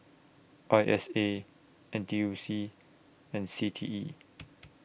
I S A N T U C and C T E